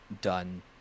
done